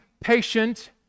patient